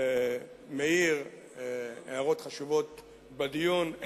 מעיר הערות חשובות בדיון,